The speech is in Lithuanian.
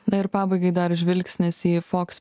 na ir pabaigai dar žvilgsnis į fox pei